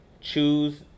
Choose